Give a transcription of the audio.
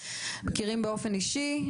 אנחנו מכירים באופן אישי,